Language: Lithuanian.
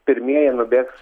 pirmieji nubėgs